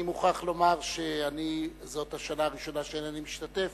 אני מוכרח לומר שזאת השנה הראשונה שאינני משתתף,